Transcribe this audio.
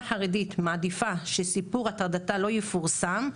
חרדית מעדיפה שסיפור הטרדתה לא יפורסם,